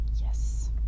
Yes